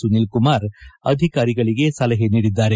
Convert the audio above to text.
ಸುನೀಲ ಕುಮಾರ್ ಅಧಿಕಾರಿಗಳಿಗೆ ಸಲಹೆ ನೀಡಿದ್ದಾರೆ